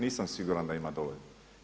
Nisam siguran da ima dovoljno.